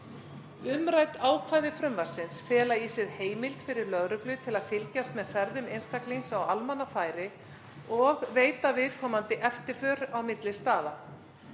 Umrædd ákvæði frumvarpsins fela í sér heimild fyrir lögreglu til að fylgjast með ferðum einstaklings á almannafæri og veita viðkomandi eftirför á milli staða.